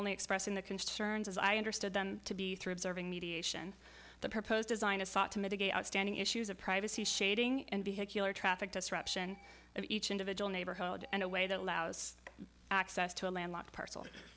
only expressing the concerns as i understood them to be through observing mediation the proposed design of sought to mitigate outstanding issues of privacy shading and vehicular traffic disruption of each individual neighborhood and a way that allows access to a landlocked parcel